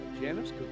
Janice